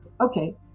okay